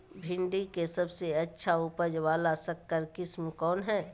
भिंडी के सबसे अच्छा उपज वाला संकर किस्म कौन है?